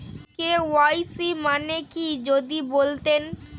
KYC মানে কি যদি বলতেন?